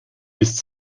ist